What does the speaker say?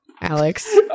Alex